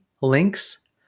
links